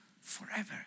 forever